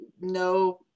no